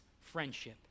friendship